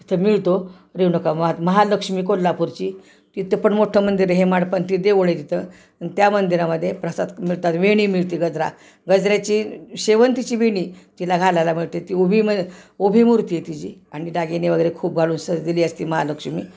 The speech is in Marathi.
तिथं मिळतो रेणुकामा महालक्ष्मी कोल्हापूरची तिथं पण मोठं मंदिर आहे हेमाडपंथी देऊळ आय तिथं त्या मंदिरामध्ये प्रसाद मिळतात वेणी मिळते गजरा गजऱ्याची शेवंतीची वेणी तिला घालायला मिळते ती उभी म उभी मूर्ती आहे तिची आणि दागिने वगैरे खूप घालून सजलेली असते महालक्ष्मी